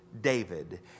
David